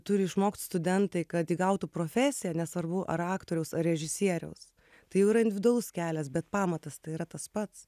turi išmokt studentai kad įgautų profesiją nesvarbu ar aktoriaus ar režisieriaus tai jau yra individualus kelias bet pamatas tai yra tas pats